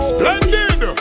Splendid